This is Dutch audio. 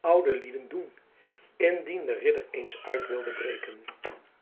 oude lieden doen indien de ridder eens uit wilde breken